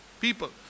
People